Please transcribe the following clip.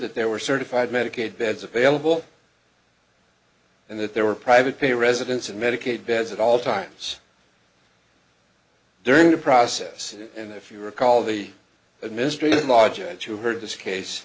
that there were certified medicaid beds available and that there were private pay residence and medicaid beds at all times during the process and if you recall the administrative law judge who heard this case